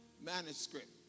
manuscript